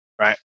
right